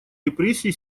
репрессии